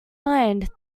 mind